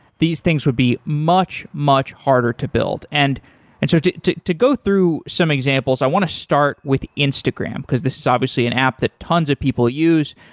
these things would be much, much harder to build and and so to to go through some examples, i want to start with instagram, because this is obviously an app that tons of people use.